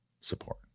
support